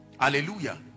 Hallelujah